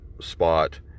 spot